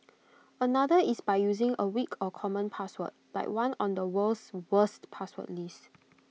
another is by using A weak or common password like one on the world's worst password list